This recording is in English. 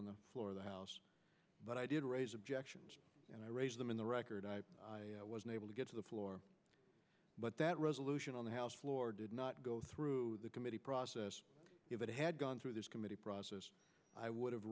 on the floor of the house but i did raise objections and i raised them in the record i was unable to get to the floor but that resolution on the house floor did not go through the committee process if it had gone through this committee process i would have